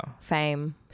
Fame